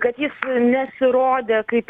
kad jis nesirodė kaip